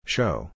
Show